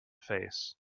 face